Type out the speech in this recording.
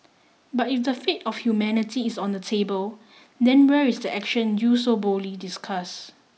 but if the fate of humanity is on the table then where is the action you so boldly discuss